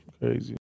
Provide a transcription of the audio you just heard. crazy